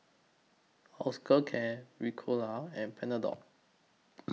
Osteocare Ricola and Panadol